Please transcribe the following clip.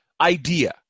idea